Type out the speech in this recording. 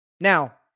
Now